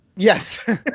Yes